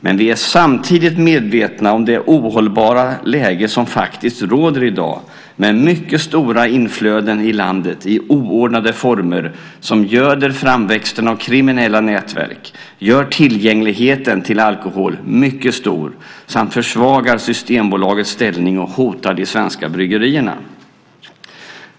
Men vi är samtidigt medvetna om det ohållbara läge som faktiskt råder i dag med mycket stora inflöden i landet i oordnade former som göder framväxten av kriminella nätverk, gör tillgängligheten till alkohol mycket stor samt försvagar Systembolagets ställning och hotar de svenska bryggerierna.